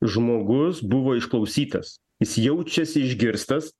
žmogus buvo išklausytas jis jaučiasi išgirstas